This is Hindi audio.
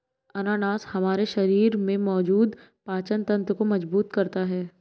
अनानास हमारे शरीर में मौजूद पाचन तंत्र को मजबूत करता है